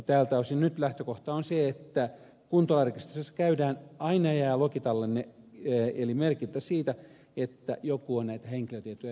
tältä osin nyt lähtökohta on se että kun rekisterissä käydään aina jää logitallenne eli merkintä siitä että joku on näitä henkilötietoja käsitellyt